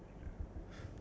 one more year